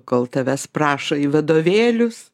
kol tavęs prašo į vadovėlius